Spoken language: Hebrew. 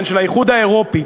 של האיחוד האירופי,